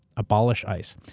abolish ice.